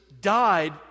died